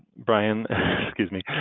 bryan excuse me.